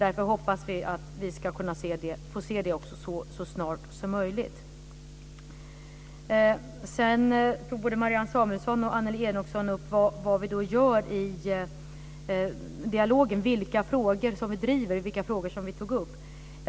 Därför hoppas vi att vi ska kunna få se dessa så snart som möjligt. Sedan tog både Marianne Samuelsson och Annelie Enochson upp frågan om vad vi gör i dialogen, vilka frågor vi driver och vilka frågor vi tog upp.